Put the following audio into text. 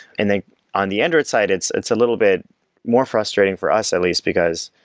and then on the android side, it's it's a little bit more frustrating for us at least, because,